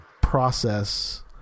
process